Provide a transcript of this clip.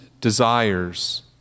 desires